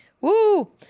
Woo